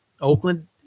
Oakland